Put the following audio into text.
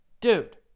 dude